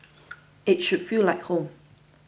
it should feel like home